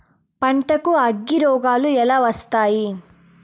పంటకు అగ్గిరోగాలు ఎలా వస్తాయి?